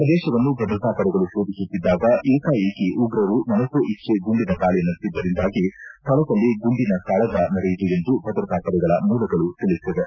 ಪ್ರದೇಶವನ್ನು ಭದ್ರತಾಪಡೆಗಳು ಶೋಧಿಸುತ್ತಿದ್ದಾಗ ಏಕಾಏಕಿ ಉಗ್ರರು ಮನಸ್ಸೋ ಇಜ್ಜೆ ಗುಂಡಿನ ದಾಳಿ ನಡೆಸಿದ್ದರಿಂದಾಗಿ ಸ್ಥಳದಲ್ಲಿ ಗುಂಡಿನ ಕಾಳಕ ನಡೆಯಿತು ಎಂದು ಭದ್ರತಾಪಡೆಗಳ ಮೂಲಗಳು ತಿಳಿಸಿವೆ